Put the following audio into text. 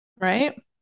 right